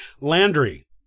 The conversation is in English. Landry